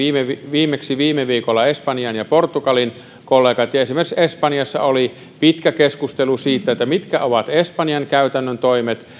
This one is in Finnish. viimeksi viime viikolla espanjan ja portugalin kollegat esimerkiksi espanjassa oli pitkä keskustelu siitä mitkä ovat espanjan käytännön toimet